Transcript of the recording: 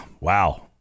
wow